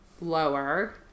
lower